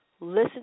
listen